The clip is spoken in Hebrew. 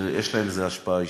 שמושפעים מזה ישירות.